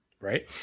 right